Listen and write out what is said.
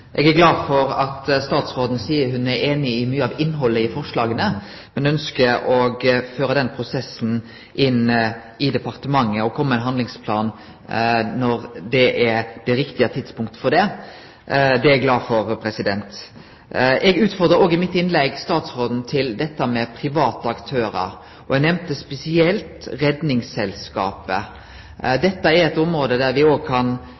glad for at statsråden seier at ho er einig i mykje av innhaldet i forslaga, og at ho ønskjer å føre den prosessen inn i departementet og kome med ein handlingsplan når tidspunktet er riktig. Det er eg glad for. Eg utfordra òg statsråden i mitt innlegg når det gjeld dette med private aktørar. Eg nemnde spesielt Redningsselskapet. Dette er eit område der me òg kan